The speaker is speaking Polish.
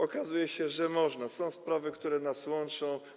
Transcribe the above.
Okazuje się, że można, że są sprawy, które nas łączą.